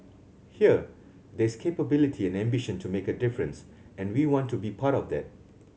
here there's capability and ambition to make a difference and we want to be part of that